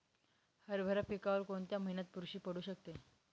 हरभरा पिकावर कोणत्या महिन्यात बुरशी पडू शकते?